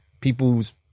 people's